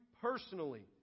personally